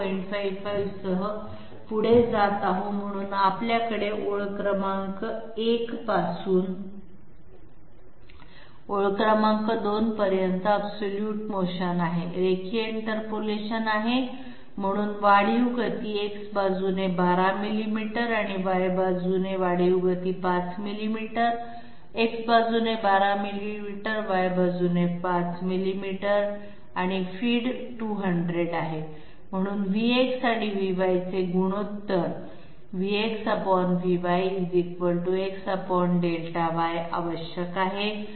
55 सह पुढे जात आहोत म्हणून आपल्याकडे ओळ क्रमांक 1 पासून ओळ क्रमांक 2 पर्यंत अब्सोलुटे मोशन आहे रेखीय इंटरपोलेशन आहे म्हणून वाढीव गती X बाजूने 12 मिलीमीटर आहे आणि Y बाजूने वाढीव गती 5 मिलीमीटर X बाजूने 12 मिलीमीटर Y बाजूने 5 मिलीमीटर आणि फीड 200 आहे म्हणून Vx आणि Vy चे गुणोत्तर VxVyXΔY आवश्यक आहे